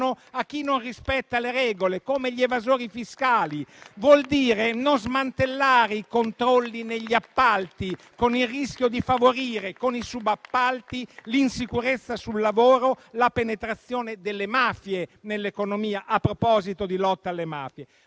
a chi non rispetta le regole, come gli evasori fiscali. Vuol dire non smantellare i controlli negli appalti con il rischio di favorire con i subappalti l'insicurezza sul lavoro, la penetrazione delle mafie nell'economia, a proposito di lotta alle mafie.